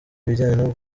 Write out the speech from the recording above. ibijyanye